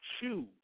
choose